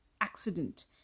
accident